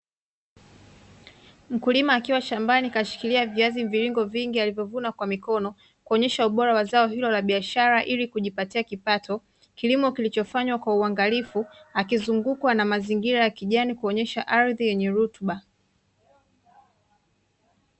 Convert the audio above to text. Mkulima akiwa shambani kashikilia viazi mviringo vingi alivyovuna kwa mikono kuonyesha ubora wa zao hilo la biashara ili kujipatia kipato, kilimo kilichofanywa kwa uangalifu akizungukwa na mazingira ya kijani kuonyesha ardhi yenye rutuba.